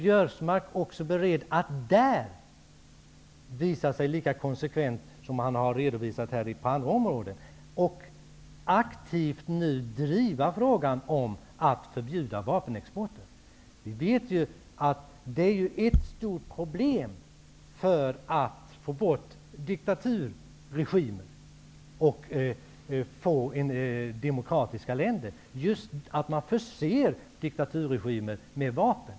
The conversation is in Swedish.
Är Karl-Göran Biörsmark beredd att också här vara lika konsekvent som han har visat sig vara på andra områden och nu aktivt driva frågan att förbjuda vapenexporten? Vi vet att det är ett stort problem när det gäller att få bort diktaturregimer och skapa demokratiska länder att man förser diktaturregimer med vapen.